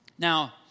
Now